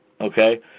Okay